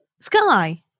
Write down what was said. Sky